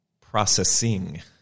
processing